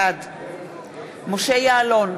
בעד משה יעלון,